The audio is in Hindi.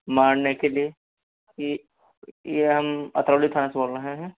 मारने के लिए ये ये हम अतरौली थाने से बोल रहे हैं